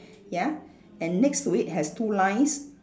ya and next to it has two lines